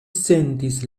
sentis